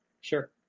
Sure